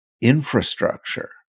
infrastructure